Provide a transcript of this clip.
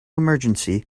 emergency